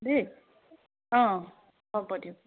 দেই অঁ অঁ হ'ব দিয়ক